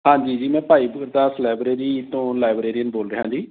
ਹਾਂਜੀ ਜੀ ਮੈਂ ਭਾਈ ਗੁਰਦਾਸ ਲਾਇਬ੍ਰੇਰੀ ਤੋਂ ਲਾਇਬ੍ਰੇਰੀਅਨ ਬੋਲ ਰਿਹਾ ਜੀ